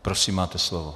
Prosím, máte slovo.